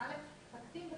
(1)בפסקה (4),